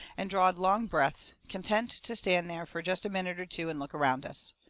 and drawed long breaths, content to stand there fur jest a minute or two and look around us.